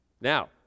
Now